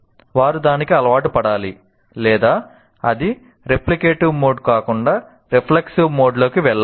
వారు దానికి అలవాటు పడాలి లేదా అది రిఫ్లెక్టివ్ మోడ్ కాకుండా రిఫ్లెక్సివ్ మోడ్లోకి వెళ్ళాలి